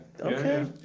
Okay